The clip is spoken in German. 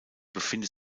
befindet